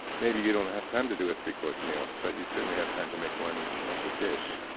maybe you don't have time to do a three-course meal, but you certainly have time to make one one good dish.